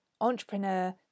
entrepreneur